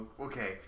Okay